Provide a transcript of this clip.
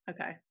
Okay